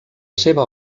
seva